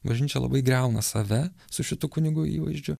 bažnyčia labai griauna save su šitu kunigų įvaizdžiu